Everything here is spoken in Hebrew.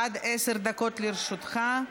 עד עשר דקות לרשותך.